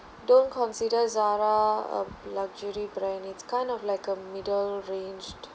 don't consider zara a luxury brand it's kind of like a middle ranged